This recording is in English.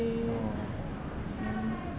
oo